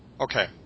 Okay